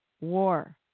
war